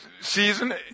season